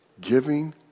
giving